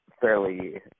fairly